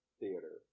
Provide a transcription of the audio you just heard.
theater